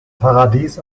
paradies